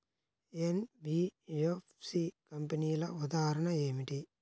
NBFC కంపెనీల ఉదాహరణ ఏమిటి?